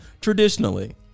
Traditionally